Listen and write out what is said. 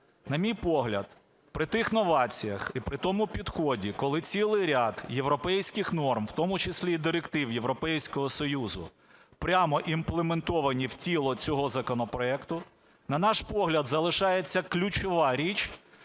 На мій погляд, при тих новаціях і при тому підході, коли цілий ряд європейських норм, в тому числі і директив Європейського Союзу, прямо імплементовані в тіло цього законопроекту, на наш погляд, залишається ключова річ